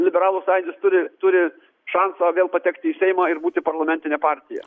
liberalų sąjūdis turi turi šansą vėl patekti į seimą ir būti parlamentinė partija